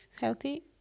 healthy